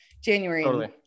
January